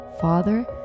Father